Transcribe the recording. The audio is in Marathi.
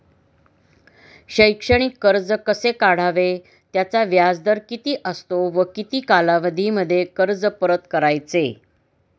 शैक्षणिक कर्ज कसे काढावे? त्याचा व्याजदर किती असतो व किती कालावधीमध्ये कर्ज परत करायचे?